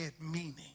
meaning